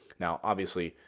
now obviously,